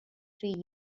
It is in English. three